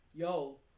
Yo